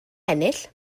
ennill